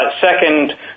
Second